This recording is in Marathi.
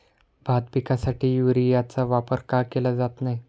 भात पिकासाठी युरियाचा वापर का केला जात नाही?